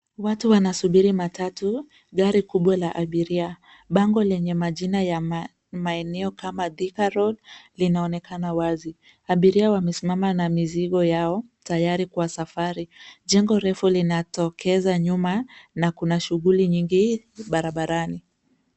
Watu wanasuburi matatu, gari kubwa la abiria . Bango lenye majina ya maeneo kama Thika Road linaonekana wazi. Abiria wamesimama na mizigo yao tayari kwa safari. Jengo refu linatokeza nyuma na kuna shughuli nyingi barabarani.